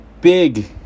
big